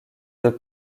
deux